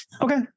Okay